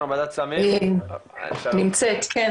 נמצאת, כן.